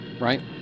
right